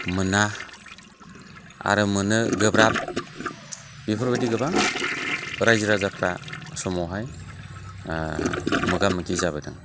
मोना आरो मोननो गोब्राब बेफोरबादि गोबां रायजो राजाफ्रा समावहाय मोगा मोगि जाबोदों